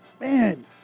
man